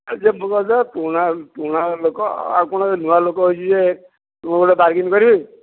ଆମେ ପା ପୁରୁଣା ପୁରୁଣା ଲୋକ ଆଉ କ'ଣ ନୂଆ ଲୋକ ହେଇଛି ଯେ ମୁଁ ଗୋଟେ ବାର୍ଗେନିଂ କରିବି